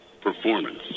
performance